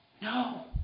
No